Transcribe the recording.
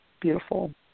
beautiful